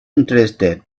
interested